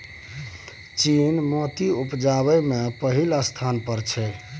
चीन मोती उपजाबै मे पहिल स्थान पर छै